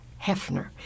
Hefner